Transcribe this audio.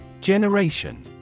generation